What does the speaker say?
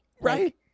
Right